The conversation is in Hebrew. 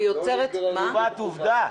את קובעת עובדה?